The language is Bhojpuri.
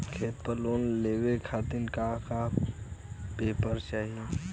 खेत पर लोन लेवल खातिर का का पेपर चाही?